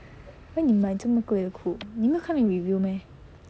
why 你买这么贵的裤子你没有看那个 review meh